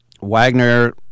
Wagner